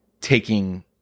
taking